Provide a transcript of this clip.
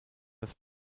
das